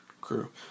crew